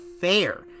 fair